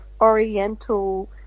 oriental